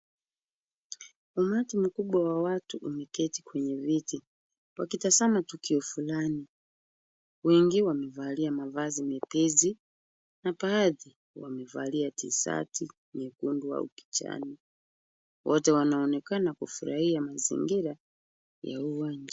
Umati mkubwa wa watu umeketi kwenye viti, wakitazama tukio fulani. Wengi wamevalia mavazi mepesi na baadhi wamevalia tishati nyekundu au kijani. Wote wanaonekana kufurahia mazingira ya uwanja.